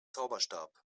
zauberstab